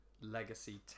legacy